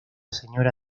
señora